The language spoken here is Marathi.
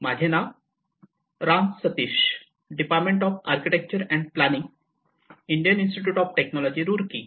माझे नाव Ram Satish department of architecture and planning Indian Institute of Technology Roorkee